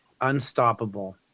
unstoppable